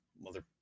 mother